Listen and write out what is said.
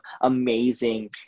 amazing